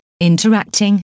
interacting